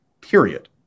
period